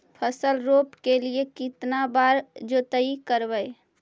फसल रोप के लिय कितना बार जोतई करबय?